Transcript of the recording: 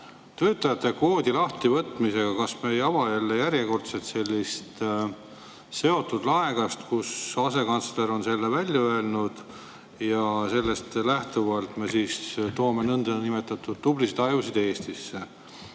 töötajate kvoodi lahtivõtmisega ei ava järjekordset kinniseotud laegast? Asekantsler on selle välja öelnud ja sellest lähtuvalt me toome nõndanimetatud tublisid ajusid Eestisse.